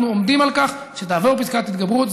אנחנו עומדים על כך שתעבור פסקת התגברות.